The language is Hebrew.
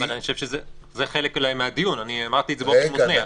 זה חלק מהדיון, אמרתי את זה באופן מובנה.